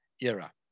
era